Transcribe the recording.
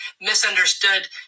misunderstood